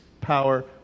power